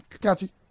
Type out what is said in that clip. Catchy